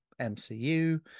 mcu